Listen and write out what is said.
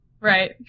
Right